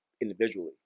individually